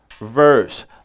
verse